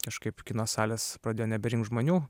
kažkaip kino salės pradėjo neberinkt žmonių